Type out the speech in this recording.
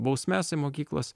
bausmes į mokyklas